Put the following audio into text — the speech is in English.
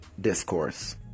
discourse